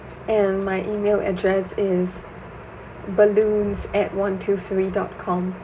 and my E-mail address is balloons at one two three dot com